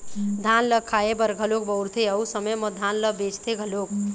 धान ल खाए बर घलोक बउरथे अउ समे म धान ल बेचथे घलोक